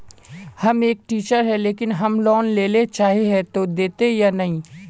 हम एक टीचर है लेकिन हम लोन लेले चाहे है ते देते या नय?